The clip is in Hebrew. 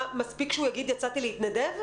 מספיק שהוא יגיד: יצאתי להתנדב?